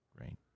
right